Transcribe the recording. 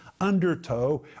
undertow